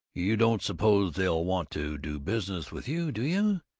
you don't suppose they'll want to do business with you, do you?